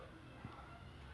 last time friend lah